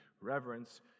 reverence